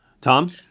Tom